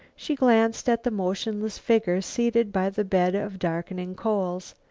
she glanced at the motionless figure seated by the bed of darkening coals.